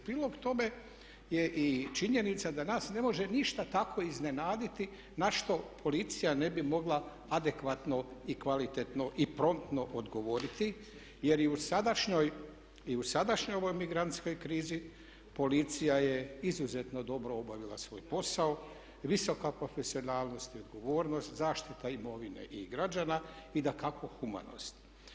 Prilog tome je i činjenica da nas ne može ništa tako iznenaditi na što policija ne bi mogla adekvatno i kvalitetno i promptno odgovoriti, jer i u sadašnjoj ovoj imigrantskoj krizi policija je izuzetno dobro obavila svoj posao, visoka profesionalnost i odgovornost, zaštita imovine i građana i dakako humanost.